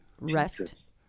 rest